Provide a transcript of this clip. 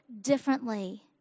differently